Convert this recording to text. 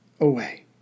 away